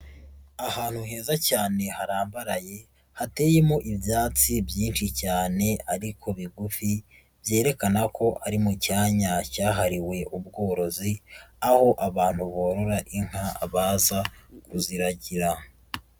Ahantu heza cyane harambaraye, hateyemo ibyatsi byinshi cyane ariko bigufi, byerekana ko ari mu cyanya cyahariwe ubworozi, aho abantu borora inka baza kuziragira.